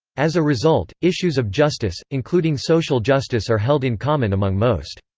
as a result, issues of justice, including social justice are held in common among most.